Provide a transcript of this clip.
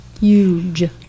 huge